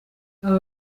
aba